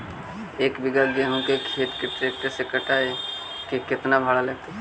एक बिघा गेहूं के खेत के ट्रैक्टर से कटाई के केतना भाड़ा लगतै?